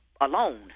alone